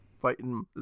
fighting